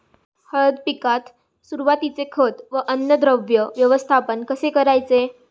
हळद पिकात सुरुवातीचे खत व अन्नद्रव्य व्यवस्थापन कसे करायचे?